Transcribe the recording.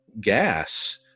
gas